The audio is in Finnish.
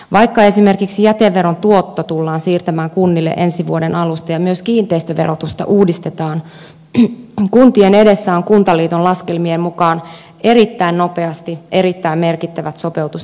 vaikka esimerkiksi jäteveron tuotto tullaan siirtämään kunnille ensi vuoden alusta ja myös kiinteistöverotusta uudistetaan kuntien edessä ovat kuntaliiton laskelmien mukaan erittäin nopeasti erittäin merkittävät sopeutustoimet